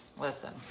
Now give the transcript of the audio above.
listen